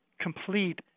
complete